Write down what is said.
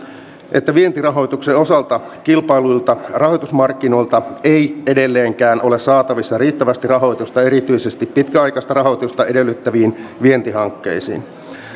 että vientirahoituksen osalta kilpailluilta rahoitusmarkkinoilta ei edelleenkään ole saatavissa riittävästi rahoitusta erityisesti pitkäaikaista rahoitusta edellyttäviin vientihankkeisiin